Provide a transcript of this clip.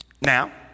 now